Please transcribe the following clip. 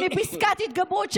מפסקת ההתגברות,